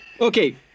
Okay